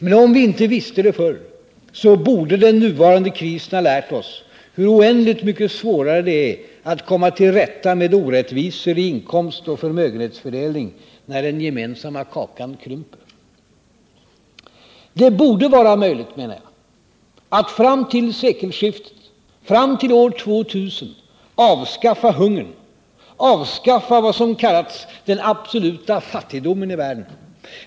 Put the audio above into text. Men om vi inte visste det förr, så borde den nuvarande krisen ha lärt oss hur oändligt mycket svårare det är att komma till rätta med orättvisor i inkomstoch förmögenhetsfördelning när den gemensamma kakan krymper. Det borde vara möjligt att fram till sekelskiftet, fram till år 2000, avskaffa hungern, avskaffa vad som kallas den absoluta fattigdomen i världen.